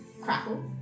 crackle